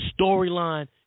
storyline